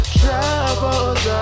troubles